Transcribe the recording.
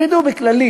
הם ידעו בכללי,